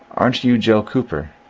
aren't yon joe cooper?